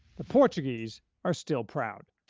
the portuguese are still proud.